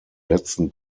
letzten